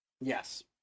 Yes